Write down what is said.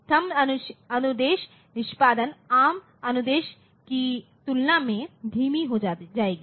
thumb अनुदेश निष्पादन ARM अनुदेश की तुलना में धीमी हो जाएगी